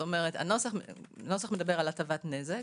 הנוסח מדבר על הטבת נזק.